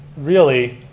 really,